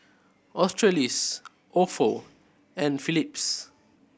Australis Ofo and Phillips